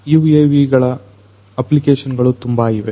UAVಗಳ application ಗಳು ತುಂಬಾ ಇವೆ